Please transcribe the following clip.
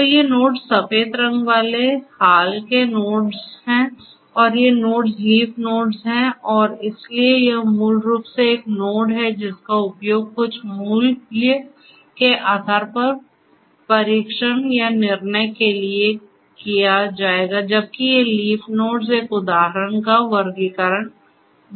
तो ये नोड्स सफेद रंग वाले हाल के नोड्स हैं और ये नोड्स लीफ नोड्स हैं और इसलिए यह मूल रूप से एक नोड है जिसका उपयोग कुछ मूल्य के आधार पर परीक्षण या निर्णय लेने के लिए किया जाएगा जबकि ये लीफ नोड्स एक उदाहरण का वर्गीकरण बताएंगे